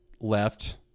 left